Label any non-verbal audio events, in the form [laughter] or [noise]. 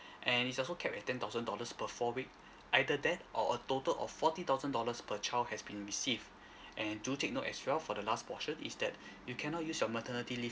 [breath] and it's also kept at ten thousand dollars per four week either that or a total of forty thousand dollars per child has been received and do take note as well for the last portion is that you cannot use your maternity leave